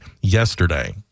yesterday